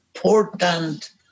Important